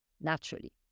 naturally